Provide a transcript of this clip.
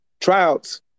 tryouts